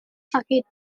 sakit